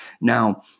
Now